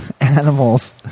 animals